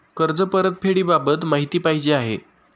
कर्ज परतफेडीबाबत माहिती पाहिजे आहे